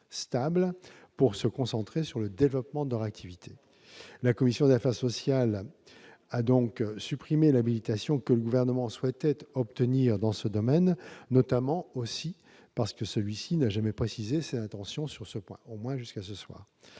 stable pour se concentrer sur le développement de leur activité ? La commission des affaires sociales a supprimé l'habilitation que le Gouvernement souhaitait obtenir dans ce domaine, notamment parce que celui-ci n'a jamais précisé, au moins jusqu'à ce soir,